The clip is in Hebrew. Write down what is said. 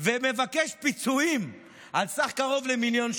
ומבקש פיצויים על סך קרוב למיליון שקלים.